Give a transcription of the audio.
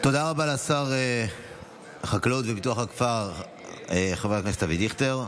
תודה רבה לשר החקלאות ופיתוח הכפר חבר הכנסת אבי דיכטר.